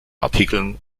artikeln